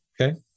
Okay